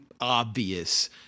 obvious